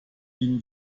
ihnen